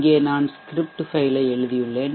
இங்கே நான் script file ஐ எழுதியுள்ளேன்